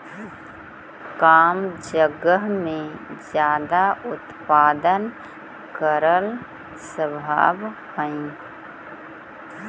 कम जगह में ज्यादा उत्पादन करल सम्भव हई